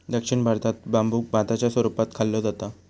दक्षिण भारतात बांबुक भाताच्या स्वरूपात खाल्लो जाता